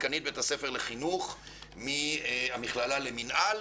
דיקנית בית הספר לחינוך מהמכללה למנהל,